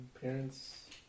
Parents